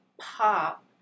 Pop